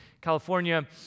California